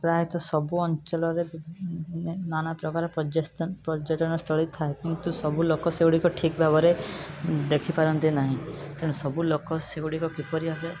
ପ୍ରାୟତଃ ସବୁ ଅଞ୍ଚଳରେ ମାନେ ନାନା ପ୍ରକାରର ପ୍ରଯ୍ୟଟନ ସ୍ଥଳୀ ଥାଏ କିନ୍ତୁ ସବୁ ଲୋକ ସେଗୁଡ଼ିକ ଠିକ୍ ଭାବରେ ଦେଖିପାରନ୍ତି ନାହିଁ ତେଣୁ ସବୁ ଲୋକ ସେଗୁଡ଼ିକ କିପରି ଭାବେ